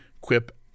Quip